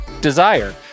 Desire